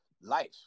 life